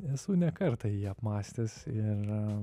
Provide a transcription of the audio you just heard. esu ne kartą jį apmąstęs ir